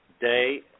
day